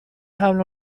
حمل